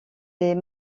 des